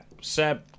Seb